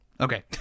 Okay